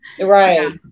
Right